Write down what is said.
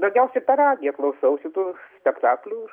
daugiausiai per radiją klausausi tų spektaklių